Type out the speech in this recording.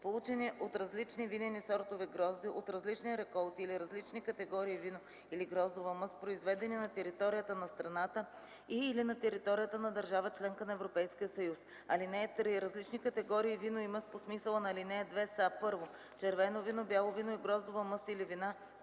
получени от различни винени сортове грозде, от различни реколти или различни категории вино или гроздова мъст, произведени на територията на страната и/или на територията на държава членка на Европейския съюз. (3) Различни категории вино и мъст по смисъла на ал. 2 са: 1. червено вино, бяло вино и гроздова мъст или вина,